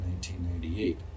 1998